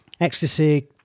ecstasy